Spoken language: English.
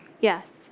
Yes